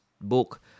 book